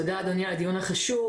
תודה, אדוני, על הדיון החשוב.